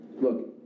look